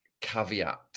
caveat